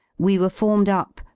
we were formed up,